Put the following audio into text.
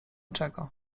czego